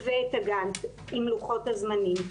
ואת הגאנט עם לוחות זמנים.